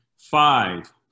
Five